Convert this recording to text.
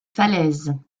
falaise